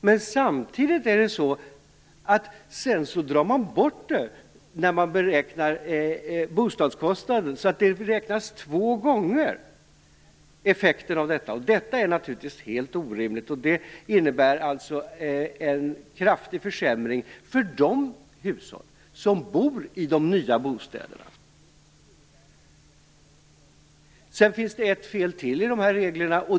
Men sedan drar man bort räntebidraget vid beräkningen av bostadskostnaden, så att effekten av räntebidraget räknas med två gånger. Det är naturligtvis helt orimligt. Det innebär en kraftig försämring för de som bor i de nya bostäderna. Sedan finns det ett fel till i reglerna.